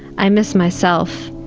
i miss myself.